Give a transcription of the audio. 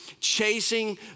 chasing